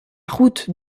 route